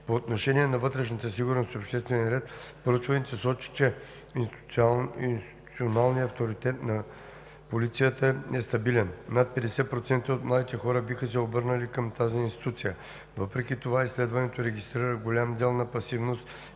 По отношение на вътрешната сигурност и обществения ред, проучването сочи, че институционалния авторитет на полицията е стабилен. Над 50% от младите хора биха се обърнали към тази институция. Въпреки това изследването регистрира голям дял на пасивност